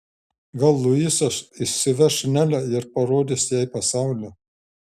gal luisas išsiveš nelę ir parodys jai pasaulį